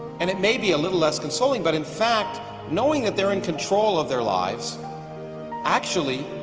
and it may be a little less consoling, but in fact knowing that they're in control of their lives actually